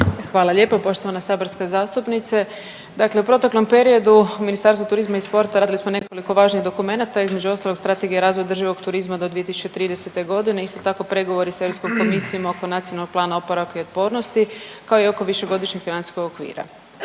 Hvala lijepo poštovana saborska zastupnice. Dakle u protekom periodu u Ministarstvu turizma i sporta radili smo nekoliko važnih dokumenata, između ostalog Strategija razvoja održivog turizma do 2030. Isto tako, pregovori s EK oko Nacionalnog plana oporavka i otpornosti, kao i oko Višegodišnjeg financijskog okvira.